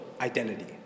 identity